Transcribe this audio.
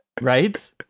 right